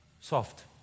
soft